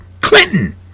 Clinton